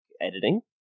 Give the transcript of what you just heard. editing